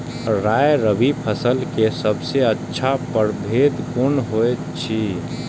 राय रबि फसल के सबसे अच्छा परभेद कोन होयत अछि?